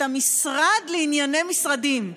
את המשרד לענייני משרדים,